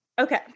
Okay